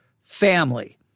family